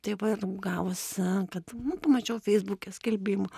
tai va ir gavosi kad nu pamačiau feisbuke skelbimą